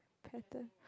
character